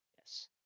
Yes